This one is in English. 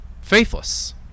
faithless